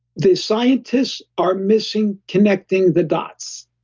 the scientists are missing connecting the dots.